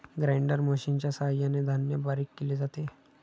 grinder मशिनच्या सहाय्याने धान्य बारीक केले जाते